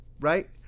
right